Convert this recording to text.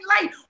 light